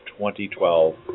2012